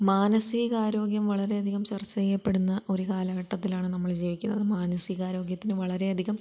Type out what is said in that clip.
മാനസിക ആരോഗ്യം വളരെ അധികം ചർച്ച ചെയ്യപ്പെടുന്ന ഒരു കാലഘട്ടത്തിലാണ് നമ്മൾ ജീവിക്കുന്നത് മാനസികാരോഗ്യത്തിന് വളരെയധികം